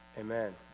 amen